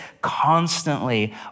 constantly